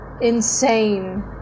insane